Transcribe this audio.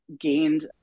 gained